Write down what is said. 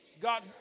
God